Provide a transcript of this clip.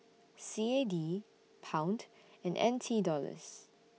C A D Pound and N T Dollars